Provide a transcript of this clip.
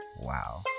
Wow